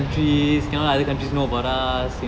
these can either going to know about err